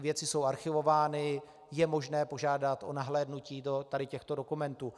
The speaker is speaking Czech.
Věci jsou archivovány, je možné požádat o nahlédnutí do těchto dokumentů.